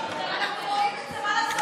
את כל מה שעשית בכנסת,